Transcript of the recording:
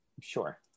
Sure